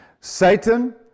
Satan